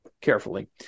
carefully